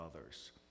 others